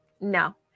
No